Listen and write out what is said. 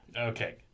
Okay